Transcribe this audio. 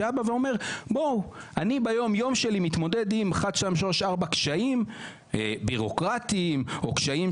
שיאמר שביום יום שלו הוא מתמודד עם קשיים בירוקרטיים ואחרים,